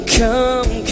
come